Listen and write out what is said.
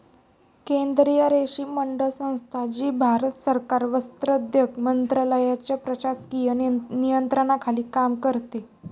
केंद्रीय रेशीम मंडळ संस्था, जी भारत सरकार वस्त्रोद्योग मंत्रालयाच्या प्रशासकीय नियंत्रणाखाली काम करते